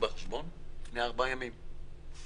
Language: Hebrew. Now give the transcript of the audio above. בחשבון לפני ארבעה ימים.